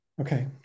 Okay